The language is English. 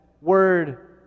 word